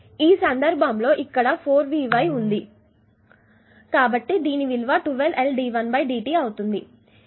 ఈ సందర్భంలో ఇక్కడ 4vy ఉంది కాబట్టి దీని విలువ 12 L dI1 dt అవుతుంది